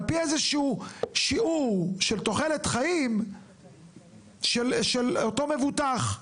על פי איזה שהוא שיעור של תוחלת חיים של אותו מבוטח.